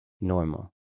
normal